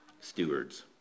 stewards